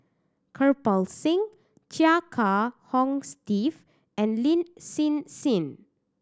Kirpal Singh Chia Kiah Hong Steve and Lin Hsin Hsin